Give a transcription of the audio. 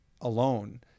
alone